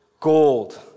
Gold